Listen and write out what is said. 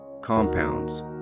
compounds